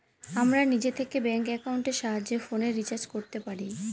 আমরা নিজে থেকে ব্যাঙ্ক একাউন্টের সাহায্যে ফোনের রিচার্জ করতে পারি